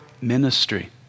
ministry